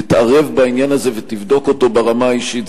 תתערב בעניין הזה ותבדוק אותו ברמה האישית.